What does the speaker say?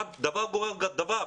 דבר גורר דבר.